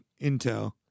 intel